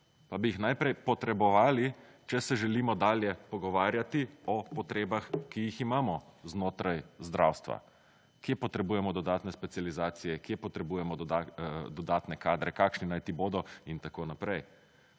Pa bi jih najprej potrebovali, če se želimo dalje pogovarjati o potrebah, ki jih imamo znotraj zdravstva - kje potrebujemo dodatne specializacije, kje potrebujemo dodatne kadre, kakšni naj ti bodo in tako naprej.